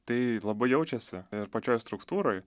tai labai jaučiasi ir pačioj struktūroj